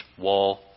wall